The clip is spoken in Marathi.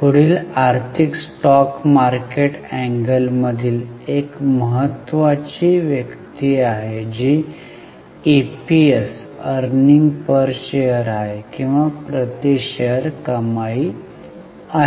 पुढील आर्थिक स्टॉक मार्केट अँगलमधील एक महत्वाची व्यक्ती आहे जी ईपीएस आहे किंवा प्रति शेअर कमाई आहे